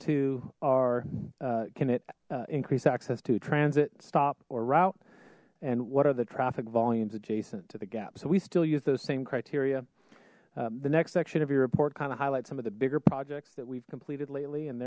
two are can it increase access to transit stop or route and what are the traffic volumes adjacent to the gap so we still use those same criteria the next section of your report kind of highlights some of the bigger projects that we've completed lately and